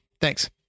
Thanks